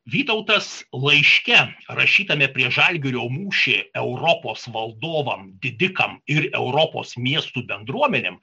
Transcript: vytautas laiške rašytame prieš žalgirio mūšį europos valdovam didikam ir europos miestų bendruomenėm